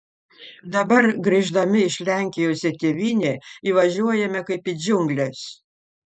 dabar grįždami iš lenkijos į tėvynę įvažiuojame kaip į džiungles